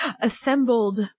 assembled